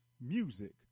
music